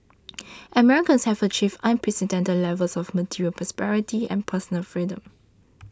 Americans have achieved unprecedented levels of material prosperity and personal freedom